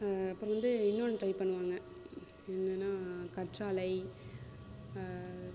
அப்புறம் வந்து இன்னொன்னு ட்ரை பண்ணுவாங்க என்னென்னா கற்றாழை